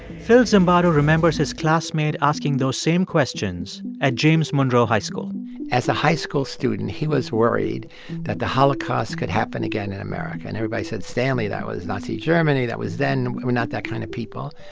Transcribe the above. phil zimbardo remembers his classmate asking those same questions at james monroe high school as a high school student, he was worried that the holocaust could happen again in america. and everybody said, stanley, that was nazi germany. that was then. we're not that kind of people.